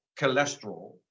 cholesterol